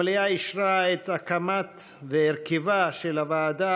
המליאה אישרה את הקמתה והרכבה של הוועדה